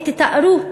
ותתארו,